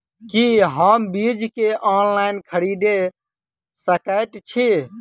की हम बीज केँ ऑनलाइन खरीदै सकैत छी?